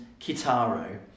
Kitaro